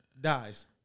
dies